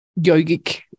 yogic